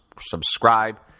subscribe